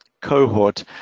cohort